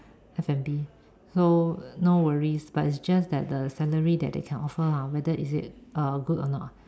F_N_B so no worries but is just that the salary that they can offer lah whether is it uh good or not